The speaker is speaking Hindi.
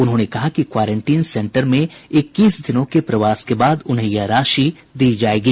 उन्होंने कहा कि क्वारेंटीन सेंटर में इक्कीस दिनों के प्रवास के बाद उन्हें यह राशि दी जायेगी